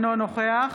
אינו נוכח